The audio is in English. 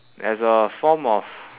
there's a form of